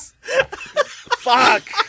Fuck